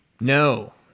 No